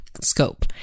scope